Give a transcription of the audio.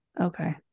Okay